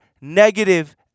negative